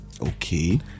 okay